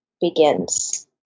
begins